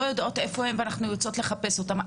יודעות איפה הם ואנחנו יוצאות לחפש אותם.